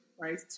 right